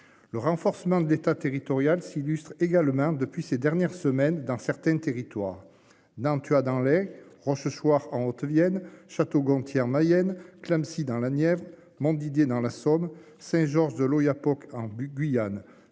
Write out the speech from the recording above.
le renforcement de l'État, territorial s'illustre également depuis ces dernières semaines dans certains territoires Nantua dans les rangs ce soir en Haute-Vienne Château-Gontier en Mayenne Clamecy dans la Nièvre Montdidier dans la Somme Saint-Georges de l'Oyapock en bus Guyane